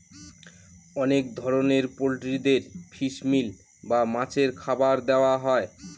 অনেক ধরনের পোল্ট্রিদের ফিশ মিল বা মাছের খাবার দেওয়া হয়